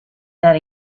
that